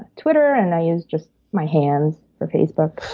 twitter and i use just my hands for facebook.